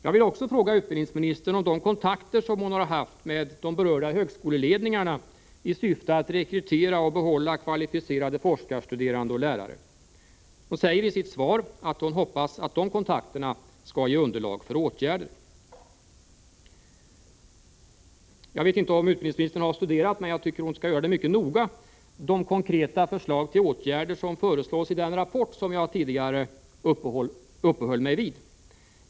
Jag vill också fråga utbildningsministern om de kontakter som hon har haft med de berörda högskoleledningarna i syfte att rekrytera och behålla kvalificerade forskarstuderande och lärare. Hon säger i sitt svar att hon hoppas att dessa kontakter skall ge underlag för åtgärder. Jag vet inte om utbildningsministern har studerat de konkreta förslag till åtgärder som läggs fram i den rapport jag tidigare har uppehållit mig vid. Om inte tycker jag hon skall göra det mycket noga.